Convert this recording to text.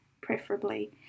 preferably